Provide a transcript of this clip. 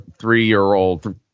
three-year-old